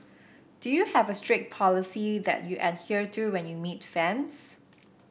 do you have a strict policy that you adhere to when you meet fans